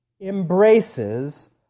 embraces